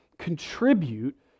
contribute